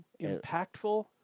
Impactful